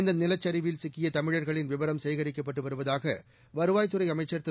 இந்த நிலச்சரிவில் சிக்கிய தமிழர்களின் விவரம் சேகரிக்கப்பட்டு வருவதாக வருவாய்த் துறை அமைச்சர் திரு